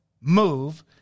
move